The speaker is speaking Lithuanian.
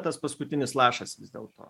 tas paskutinis lašas vis dėlto